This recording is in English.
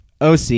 OC